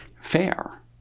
fair